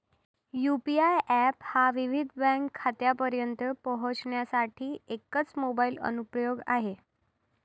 UPI app हा विविध bank खात्यांपर्यंत पोहोचण्यासाठी एकच मोबाइल अनुप्रयोग आहे